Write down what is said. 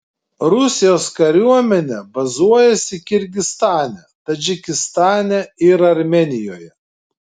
rusijos kariuomenė bazuojasi kirgizstane tadžikistane ir armėnijoje